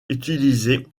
utilisé